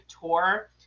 tour